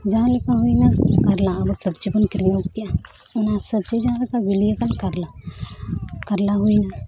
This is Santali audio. ᱡᱟᱦᱟᱸᱞᱮᱠᱟ ᱦᱩᱭᱱᱟ ᱠᱟᱨᱞᱟ ᱟᱵᱚ ᱥᱟᱵᱡᱤ ᱵᱚᱱ ᱠᱤᱨᱤᱧ ᱟᱹᱜᱩ ᱠᱮᱜᱼᱟ ᱚᱱᱟ ᱥᱚᱵᱡᱤ ᱡᱟᱦᱟᱸ ᱞᱮᱠᱟ ᱵᱤᱞᱤᱭᱟᱠᱟᱱ ᱠᱟᱨᱞᱟ ᱠᱟᱨᱞᱟ ᱦᱩᱭᱱᱟ